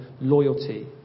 loyalty